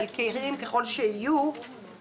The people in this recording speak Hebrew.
חלקיים ככל שיהיו,